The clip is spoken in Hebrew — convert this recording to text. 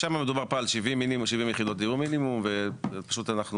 שם מדובר על מינימום 70 יחידות דיור ופשוט אנחנו